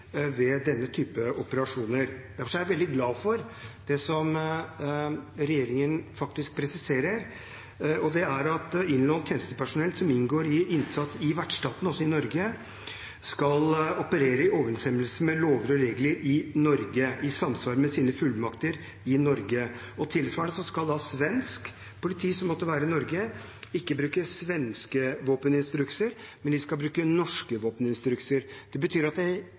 innlånt tjenestepersonell som inngår i innsats i vertsstaten, altså i Norge, skal operere i overensstemmelse med lover og regler i Norge, i samsvar med sine fullmakter i Norge. Tilsvarende skal svensk politi som måtte være i Norge, ikke følge svenske våpeninstrukser, de skal følge norske våpeninstrukser. Det betyr at denne ordningen legger opp til at det